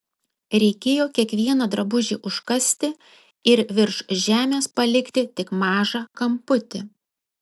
reikėjo kiekvieną drabužį užkasti ir virš žemės palikti tik mažą kamputį